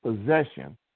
possession